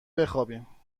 بخوابیم